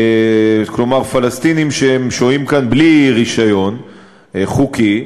כלומר פלסטינים ששוהים כאן בלי רישיון חוקי,